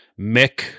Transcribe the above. mick